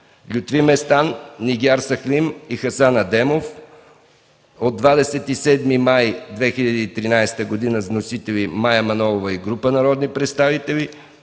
Лютви Местан, Нигяр Сахлим и Хасан Адемов, 27 май 2013 г.; Мая Манолова и група народни представители,